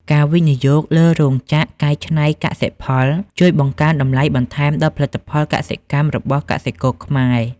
ការវិនិយោគលើរោងចក្រកែច្នៃកសិផលជួយបង្កើនតម្លៃបន្ថែមដល់ផលិតផលកសិកម្មរបស់កសិករខ្មែរ។